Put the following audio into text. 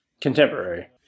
Contemporary